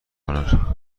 کنن